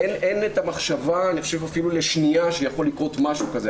אין את המחשבה אפילו לשנייה שיכול לקרות משהו כזה.